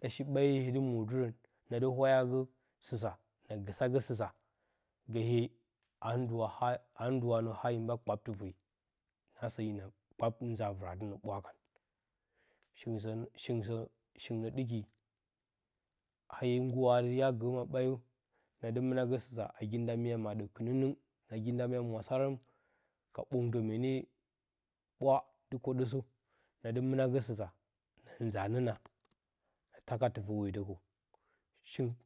ɗashi ɓayi, hye dɨ mwo tɨrən nadɨ wayagə sɨsa, na gisa gə sɨsa. gə hye a ndɨwa nə ha hin ɓa kpap tɨfe nagsə hina kpap nzaa vɨratɨnə ɓwa kan, shingɨn shingɨn sə shingɨn nə ɗɨki, a hye ngguwo adɨ hya gə ma ɓaayo, nadɨ mina gə sɨsa, nagi nda mya maɗə kɨnɨnɨng, nagi nda mya mwasaram ka ɓəngtə mee nee ɓwa dɨ koɗəsə, na dɨ mɨna gə sɨsa na nzaa nəna, a taka tɨfə wetə kəw, shingɨn.